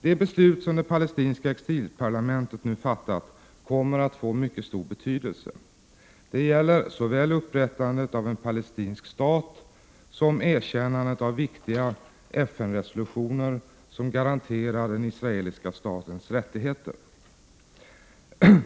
De beslut som det palestinska exilparlamentet nu fattat kommer att få mycket stor betydelse. Det gäller såväl upprättandet av en palestinsk stat som erkännandet av viktiga FN-resolutioner som garanterar den israeliska statens rättigheter.